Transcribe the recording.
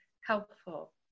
helpful